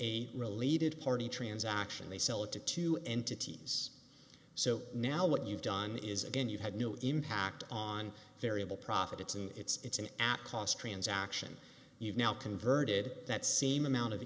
a related party transactions they sell it to two entities so now what you've done is again you had no impact on variable profits and it's an out cost transaction you've now converted that same amount of